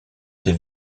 ses